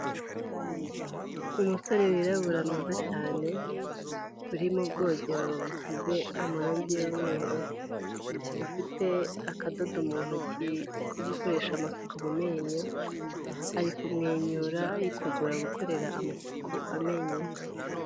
Umusore wirabura mwiza cyane uri mu bwogero busize amarangi y'umweru, ufite akadodo mu ntoki ko gukoresha amasuka ku menyo ari kumwenyura yitegura gukorera amasuku amenyo ye.